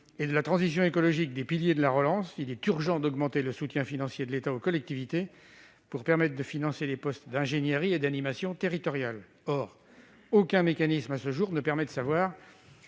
et de la transition écologique des piliers de la relance, il est urgent d'augmenter le soutien financier de l'État aux collectivités, pour permettre de financer les postes d'ingénierie et d'animation territoriale nécessaires. Cependant, aucun mécanisme à ce jour ne permet de savoir